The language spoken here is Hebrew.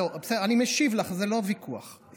אני משיב לך, זה לא ויכוח.